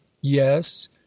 Yes